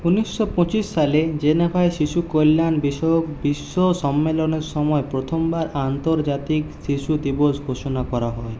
ঊনিশশো পঁচিশ সালে জেনিভায় শিশু কল্যাণ বিষয়ক বিশ্ব সম্মেলনের সময় প্রথম বার আন্তর্জাতিক শিশু দিবস ঘোষণা করা হয়